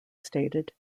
stated